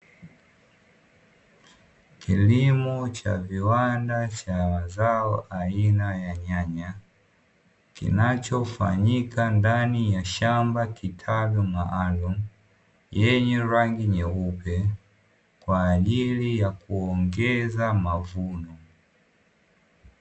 Kilimo cha viwanda cha zao aina ya nyanya, kinachofanyika ndani ya shamba kitalu maalumu, yenye rangi nyeupe kwa ajili ya kuongeza mavuno.